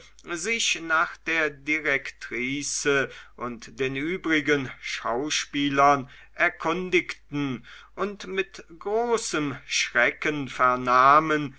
sich nach der direktrice und den übrigen schauspielern erkundigten und mit großem schrecken vernahmen